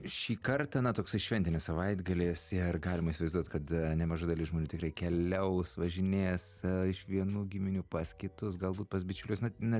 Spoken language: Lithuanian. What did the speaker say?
šį kartą na toksai šventinis savaitgalis ir galima įsivaizduot kad nemaža dalis žmonių tikrai keliaus važinės iš vienų giminių pas kitus galbūt pas bičiulius na na